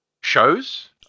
shows